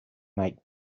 make